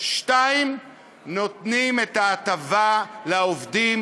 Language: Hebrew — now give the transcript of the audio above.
2. נותנים את ההטבה לעובדים